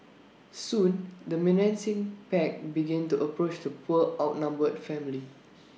soon the menacing pack began to approach the poor outnumbered family